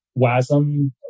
WASM